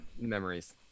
memories